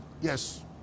Yes